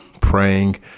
praying